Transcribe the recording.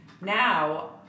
now